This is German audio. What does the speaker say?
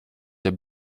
der